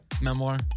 memoir